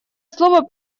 слово